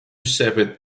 separate